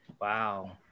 Wow